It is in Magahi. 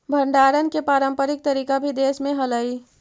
भण्डारण के पारम्परिक तरीका भी देश में हलइ